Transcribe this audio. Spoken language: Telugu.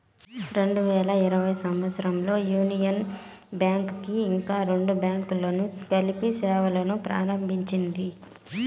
రెండు వేల ఇరవై సంవచ్చరంలో యూనియన్ బ్యాంక్ కి ఇంకా రెండు బ్యాంకులను కలిపి సేవలును ప్రారంభించింది